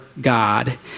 God